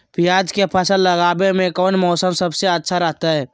प्याज के फसल लगावे में कौन मौसम सबसे अच्छा रहतय?